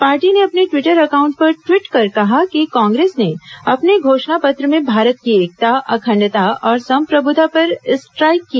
party ने अपने Twitter account पर ट्वीट कर कहा कि कांग्रेस ने अपने घोषणा पत्र में भारत की एकता अखण्डता और सम्प्रभुता पर स्ट्राइक किया